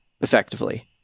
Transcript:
effectively